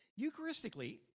Eucharistically